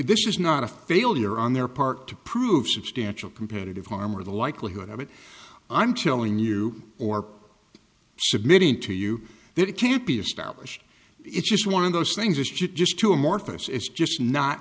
this is not a failure on their part to prove substantial competitive harm or the likelihood of it i'm telling you or submitting to you that it can't be established it's just one of those things is just too amorphous it's just not